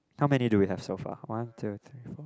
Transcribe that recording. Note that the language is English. how many do we have so far one two three four